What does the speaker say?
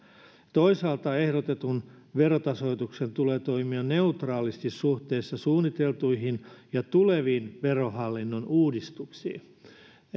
toisaalta ehdotetun verotasoituksen tulee toimia neutraalisti suhteessa suunniteltuihin ja tuleviin verohallinnon uudistuksiin